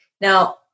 Now